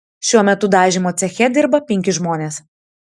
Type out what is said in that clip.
šiuo metu dažymo ceche dirba penki žmonės